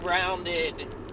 rounded